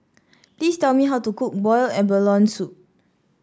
please tell me how to cook Boiled Abalone Soup